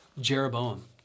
Jeroboam